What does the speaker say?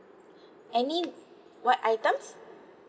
any what items